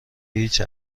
هیچ